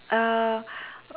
uh